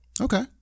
okay